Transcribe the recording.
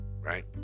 right